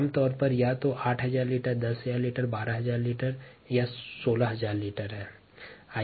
आम तौर पर पानी का टैंकर 8000 लीटर 10000 लीटर 12000 लीटर या 16000 लीटर होता है